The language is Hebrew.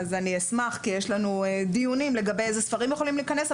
אשמח כי יש לנו דיונים לגבי הספרים שיכולים להיכנס.